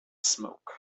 smoke